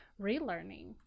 relearning